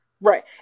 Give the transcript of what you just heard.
Right